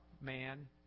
man